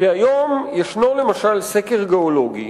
כי היום ישנו למשל סקר גיאולוגי